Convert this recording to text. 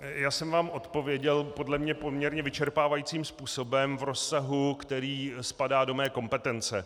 Já jsem vám odpověděl podle mě poměrně vyčerpávajícím způsobem v rozsahu, který spadá do mé kompetence.